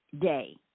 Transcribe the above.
day